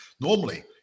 normally